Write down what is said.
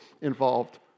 involved